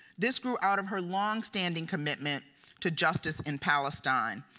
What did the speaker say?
this grew out of her long standing commitment to justice in palestine.